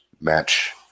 match